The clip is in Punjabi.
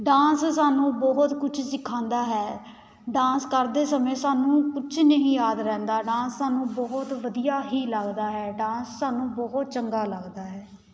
ਡਾਂਸ ਸਾਨੂੰ ਬਹੁਤ ਕੁਛ ਸਿਖਾਉਂਦਾ ਹੈ ਡਾਂਸ ਕਰਦੇ ਸਮੇਂ ਸਾਨੂੰ ਕੁਛ ਨਹੀਂ ਯਾਦ ਰਹਿੰਦਾ ਡਾਂਸ ਸਾਨੂੰ ਬਹੁਤ ਵਧੀਆ ਹੀ ਲੱਗਦਾ ਹੈ ਡਾਂਸ ਸਾਨੂੰ ਬਹੁਤ ਚੰਗਾ ਲੱਗਦਾ ਹੈ